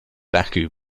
baku